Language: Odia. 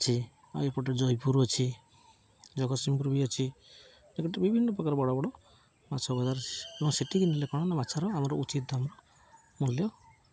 ଅଛି ଆଉ ଏପଟେ ଜୟପୁର ଅଛି ଜଗତସିଂହପୁର ବି ଅଛି ଏମିତି ବିଭିନ୍ନ ପ୍ରକାର ବଡ଼ ବଡ଼ ମାଛ ବଜାର ଅଛି ଏବଂ ସେଠିକି ନେଲେ କ'ଣ ନା ମାଛର ଆମର ଉଚିତ୍ ଆମର ମୂଲ୍ୟ